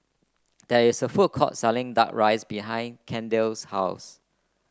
there is a food court selling duck rice behind Kendell's house